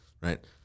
right